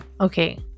okay